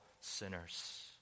sinners